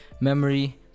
memory